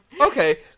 okay